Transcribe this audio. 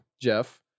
Jeff